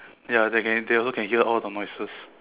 ya they can they also can hear all the noises